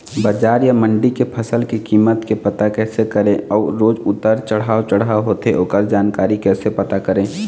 बजार या मंडी के फसल के कीमत के पता कैसे करें अऊ रोज उतर चढ़व चढ़व होथे ओकर जानकारी कैसे पता करें?